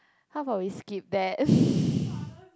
how about we skip that